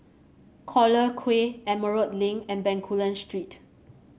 Collyer Quay Emerald Link and Bencoolen Street